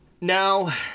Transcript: Now